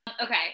okay